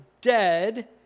dead